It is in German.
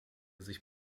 sich